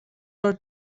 are